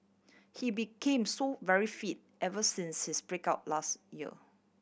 he became so very fit ever since his break up last year